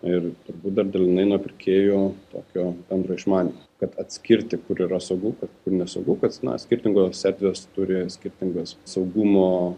ir turbūt dar dalinai nuo pirkėjo tokio bendro išmanymo kad atskirti kur yra saugu kad nesvarbu kad skirtingos erdvės turi skirtingus saugumo